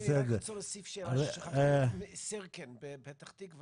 אני רק רוצה להוסיף שבסירקין בפתח-תקווה,